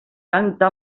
canta